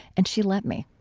and she let me